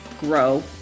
grow